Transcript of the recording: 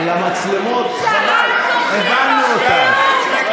למצלמות, חבל, הבנו אותך.